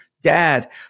dad